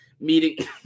meeting